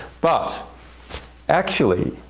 but actually,